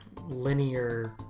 linear